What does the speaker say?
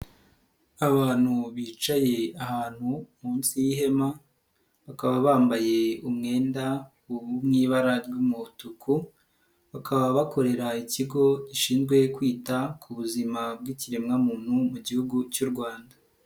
Abantu bicaye ahantu munsi y'ihema bakaba bambaye umwenda wo mu ibara ry'umutuku bakaba bakorera ikigo gishinzwe kwita ku buzima bw'ikiremwamuntu mu Gihugu cy'u Rwanda.